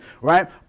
Right